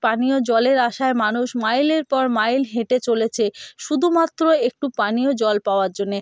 পানীয় জলের আশায় মানুষ মাইলের পর মাইল হেঁটে চলেছে শুধুমাত্র একটু পানীয় জল পাওয়ার জন্যে